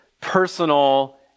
personal